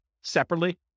separately